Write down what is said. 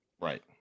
Right